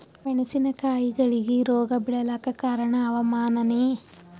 ಮೆಣಸಿನ ಕಾಯಿಗಳಿಗಿ ರೋಗ ಬಿಳಲಾಕ ಕಾರಣ ಹವಾಮಾನನೇ?